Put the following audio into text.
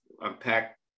unpack